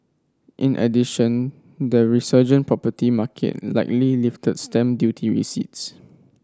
in addition the resurgent property market likely lifted stamp duty receipts